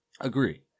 Agree